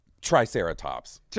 Triceratops